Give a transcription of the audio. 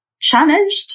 challenged